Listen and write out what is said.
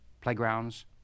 playgrounds